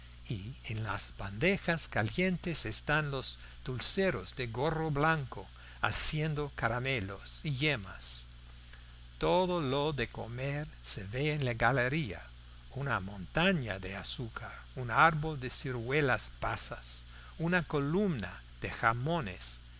y en las bandejas calientes están los dulceros de gorro blanco haciendo caramelos y yemas todo lo de comer se ve en la galería una montaña de azúcar un árbol de ciruelas pasas una columna de jamones